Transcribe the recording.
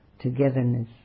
Togetherness